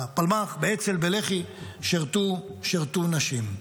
בפלמ"ח, אצ"ל ולח"י שירתו נשים.